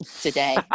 today